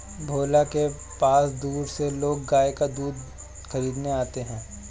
भोला के पास दूर से लोग गाय का दूध खरीदने आते हैं